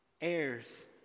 Heirs